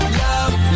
love